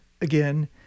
again